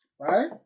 Right